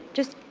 just,